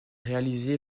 réalisé